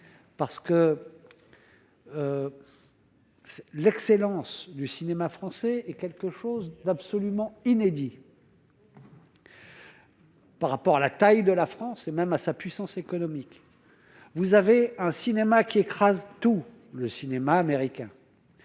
parce que c'est l'excellence du cinéma français est quelque chose d'absolument inédit. Par rapport à la taille de la France et même à sa puissance économique, vous avez un cinéma qui écrase tout le cinéma américain,